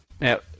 Now